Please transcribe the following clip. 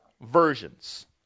versions